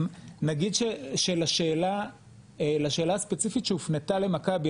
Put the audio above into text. ונגיד שלשאלה הספציפית שהופנתה למכבי,